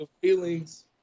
feelings